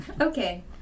Okay